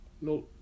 No